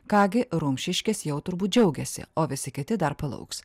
ką gi rumšiškės jau turbūt džiaugiasi o visi kiti dar palauks